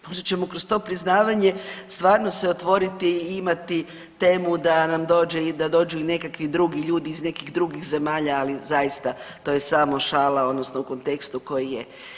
Možda ćemo kroz to priznavanje stvarno se otvoriti i imati temu da nam dođe i da dođu i nekakvi drugi ljudi iz nekih drugih zemalja, ali zaista to je samo šala odnosno u kontekstu koji je.